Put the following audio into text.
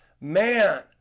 man